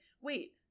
wait